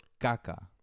caca